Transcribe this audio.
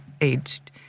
aged